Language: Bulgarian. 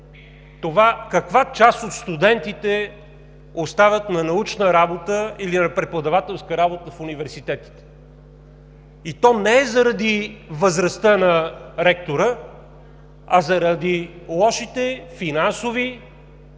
това каква част от студентите остават на научна работа или на преподавателска работа в университетите, и то не е заради възрастта на ректора, а заради лошите финансови,